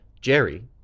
Jerry